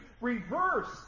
reverse